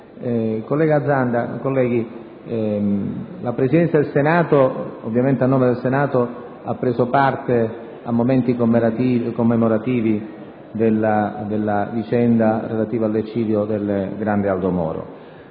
Collega Zanda, colleghi senatori, la Presidenza del Senato, ovviamente a nome del Senato, ha preso parte a momenti commemorativi della vicenda relativa all'eccidio del grande Aldo Moro.